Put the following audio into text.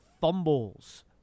fumbles